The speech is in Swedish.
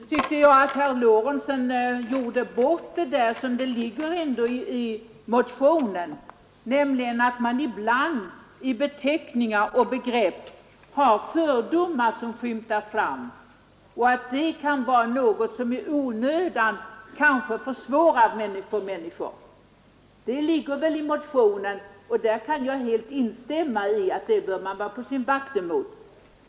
Herr talman! Nu tycker jag herr Lorentzon gjorde bort det som ändå ligger i motionen, nämligen att man ibland i beteckningar och begrepp har fördomar som skymtar fram, och att detta kanske i onödan försvårar för människor. Detta ligger väl i motionen, och det kan jag instämma i att man bör vara på sin vakt emot.